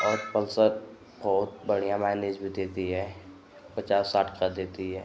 और पल्सर बहुत बढ़ियाँ माइलेज़ भी देती है पचास साठ का देती है